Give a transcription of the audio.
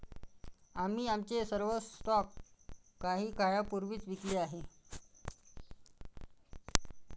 आम्ही आमचे सर्व स्टॉक काही काळापूर्वीच विकले आहेत